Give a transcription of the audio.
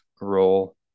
role